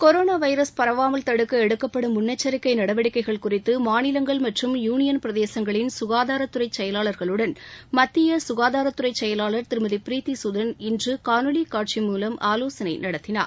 corona virus பரவாமல் தடுக்க எடுக்கப்படும் முன்னெச்சரிக்கை நடவடிக்கைகள் குறித்து மாநிலங்கள் மற்றம் யூனியன் பிரதேசங்களின் சுகாதாரத்துறை செயலாளர்களுடன் மத்திய சுகாதாரத்துறை செயலாளர் திருமதி ப்ரீத்தி சுதன் இன்று காணொலி மூலம் ஆலோசனை நடத்தினார்